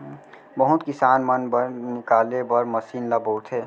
बहुत किसान मन बन निकाले बर मसीन ल बउरथे